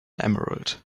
emerald